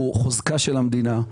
הוא חוזקה של המדינה.